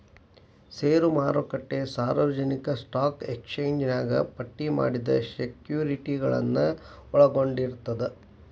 ಷೇರು ಮಾರುಕಟ್ಟೆ ಸಾರ್ವಜನಿಕ ಸ್ಟಾಕ್ ಎಕ್ಸ್ಚೇಂಜ್ನ್ಯಾಗ ಪಟ್ಟಿ ಮಾಡಿದ ಸೆಕ್ಯುರಿಟಿಗಳನ್ನ ಒಳಗೊಂಡಿರ್ತದ